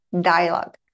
dialogue